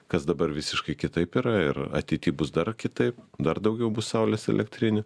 kas dabar visiškai kitaip yra ir ateity bus dar kitaip dar daugiau bus saulės elektrinių